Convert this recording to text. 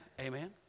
Amen